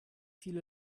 viele